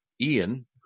Ian